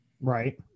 right